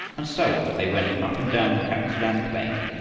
and so on they went up and down the kap-tsu-lan plain,